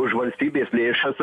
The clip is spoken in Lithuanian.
už valstybės lėšas